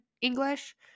English